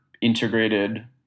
integrated